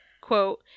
quote